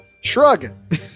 Shrug